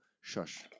Shush